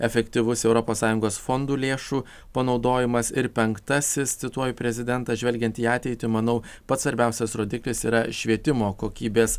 efektyvus europos sąjungos fondų lėšų panaudojimas ir penktasis cituoju prezidentą žvelgiant į ateitį manau pats svarbiausias rodiklis yra švietimo kokybės